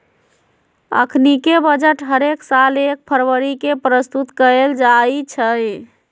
अखनीके बजट हरेक साल एक फरवरी के प्रस्तुत कएल जाइ छइ